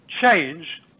change